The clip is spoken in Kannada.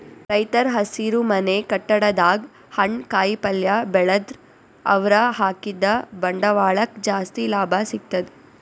ರೈತರ್ ಹಸಿರುಮನೆ ಕಟ್ಟಡದಾಗ್ ಹಣ್ಣ್ ಕಾಯಿಪಲ್ಯ ಬೆಳದ್ರ್ ಅವ್ರ ಹಾಕಿದ್ದ ಬಂಡವಾಳಕ್ಕ್ ಜಾಸ್ತಿ ಲಾಭ ಸಿಗ್ತದ್